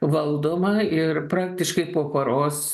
valdoma ir praktiškai po paros